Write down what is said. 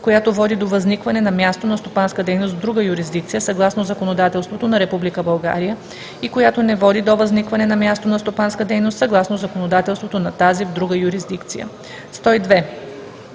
която води до възникване на място на стопанска дейност в друга юрисдикция съгласно законодателството на Република България и която не води до възникване на място на стопанска дейност съгласно законодателството на тази друга юрисдикция. 102.